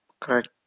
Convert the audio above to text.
Correct